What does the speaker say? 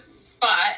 spot